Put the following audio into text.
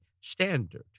standard